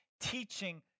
teaching